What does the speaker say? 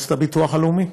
מועצת הביטוח הלאומי.